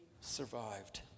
survived